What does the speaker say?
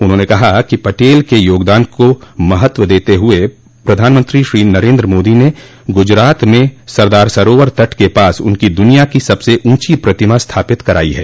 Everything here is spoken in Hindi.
उन्होंने कहा कि पटेल के योगदान को महत्व देते हुये प्रधानमंत्री श्री नरेन्द्र मोदी ने गुजरात में सरदार सरोवर तट के पास उनकी दुनिया की सबसे ऊंची प्रतिमा स्थापित करायी है